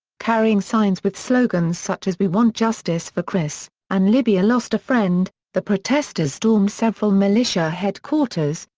carrying signs with slogans such as we want justice for chris and libya lost a friend, the protestors stormed several militia headquarters,